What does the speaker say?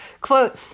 Quote